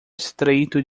estreito